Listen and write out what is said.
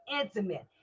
intimate